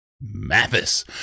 Mathis